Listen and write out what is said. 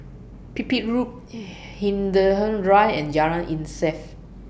Pipit Road Hindhede Drive and Jalan Insaf